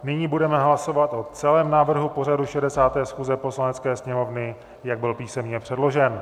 Nyní budeme hlasovat o celém návrhu pořadu 60. schůze Poslanecké sněmovny, jak byl písemně předložen.